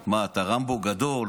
מה, אתה רמבו גדול?